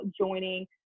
joining